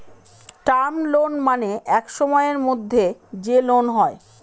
term loan মানে এক সময়ের মধ্যে যে লোন হয়